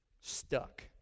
stuck